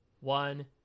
one